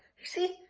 you see?